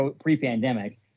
pre-pandemic